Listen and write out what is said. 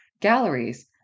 galleries